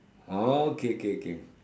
oh okay okay okay